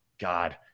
God